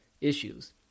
issues